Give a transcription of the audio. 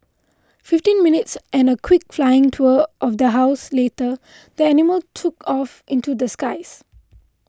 fifteen minutes and a quick flying tour of the house later the animal took off into the skies